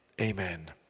Amen